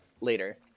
later